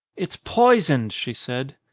it's poisoned, she said.